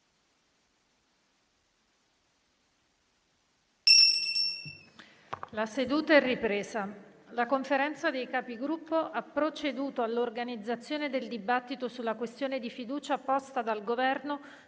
una nuova finestra"). La Conferenza dei Capigruppo ha proceduto all'organizzazione del dibattito sulla questione di fiducia posta dal Governo